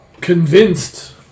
convinced